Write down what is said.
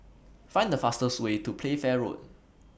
Find The fastest Way to Playfair Road